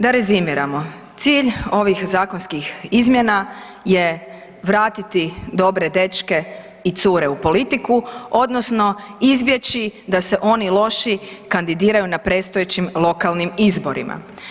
Da rezimiramo, cilj ovih zakonskih izmjena je vratiti dobre dečke i cure u politiku, odnosno izbjeći da se oni loši kandidiraju na predstojećim lokalnim izborima.